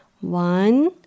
One